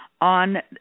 on